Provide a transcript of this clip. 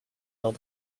not